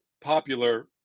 popular